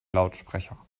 lautsprecher